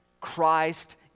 Christ